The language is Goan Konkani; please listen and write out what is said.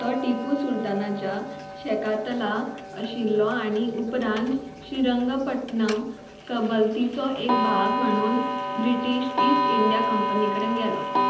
तो टिपू सुलतानाच्या शेकातला आशिल्लो आनी उपरांत श्रीरंगपटनम कबलतीचो एक भाग म्हणून ब्रिटीश ईस्ट इंडिया कंपनी कडेन गेलो